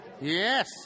Yes